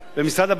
ומשרד הבריאות,